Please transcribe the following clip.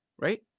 Right